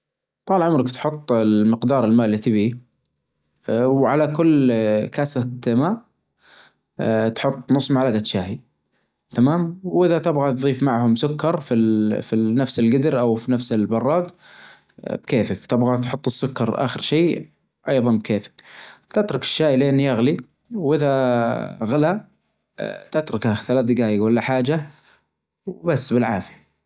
طال عمرك تحط المقدار الماء اللى تبغيه، أ وعلى كل أ كاسة ماء أ تحط نص معلجة شاي تمام؟ وإذا تبغى تظيف معهم سكر في ال-في النفس الجدر أو في نفس البراد أ بكيفك تبغى تحط السكر آخر شي أيظا بكيفك، تترك الشاى يغلي إلى أن يغلى وإذا غلا آآ تتركه ثلاث دجايج ولا حاچة وبس بالعافية.